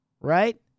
right